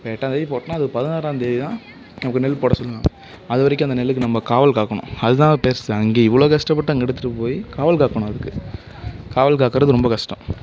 இப்போ எட்டாம் தேதி போட்டோன்னால் அது ஒரு பதினாறாம் தேதிதான் நமக்கு நெல் போட சொல்வாங்க அது வரைக்கும் அந்த நெல்லுக்கு நம்ப காவல் காக்கணும் அதுதான் பெருசு இங்கே இவ்வளோ கஷ்டப்பட்டு அங்கே எடுத்துட்டு போய் காவல் காக்கணும் அதுக்கு காவல் காக்குறது ரொம்ப கஷ்டம்